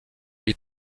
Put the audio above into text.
lui